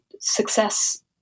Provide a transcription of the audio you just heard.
success